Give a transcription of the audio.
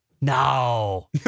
No